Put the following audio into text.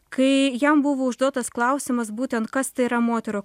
kai jam buvo užduotas klausimas būtent kas tai yra moterų